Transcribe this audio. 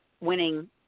winning